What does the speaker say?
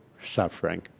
suffering